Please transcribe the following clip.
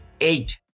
eight